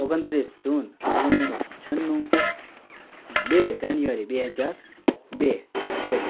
ઓગણત્રીસ જૂન ઓગણીસો છન્નું અને બે જાન્યુઆરી બે હજાર બે છે